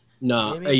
No